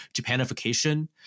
Japanification